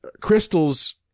crystals